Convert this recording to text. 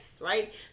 Right